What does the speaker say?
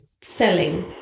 selling